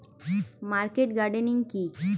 Market gardening কি?